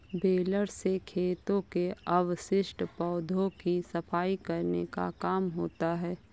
baler से खेतों के अवशिष्ट पौधों की सफाई करने का काम होता है